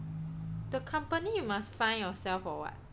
the company you must find yourself or what